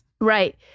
Right